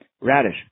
radish